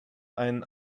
einen